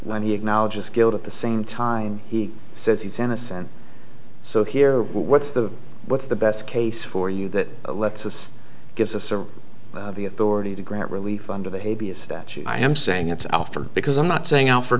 when he acknowledges guilt at the same time he says he's innocent so here what's the what's the best case for you that lets this gives us or the authority to grant relief under the hague be a statute i am saying it's because i'm not saying out for